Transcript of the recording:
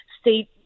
state